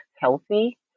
healthy